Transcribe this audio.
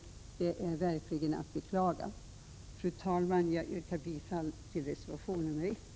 Det är verkligen att beklaga. Fru talman! Jag yrkar bifall till reservation 1.